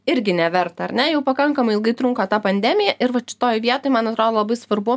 irgi neverta ar ne jau pakankamai ilgai trunka ta pandemija ir vat šitoj vietoj man atrodo labai svarbu